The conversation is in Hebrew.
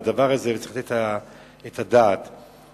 וצריך לתת את הדעת על כך.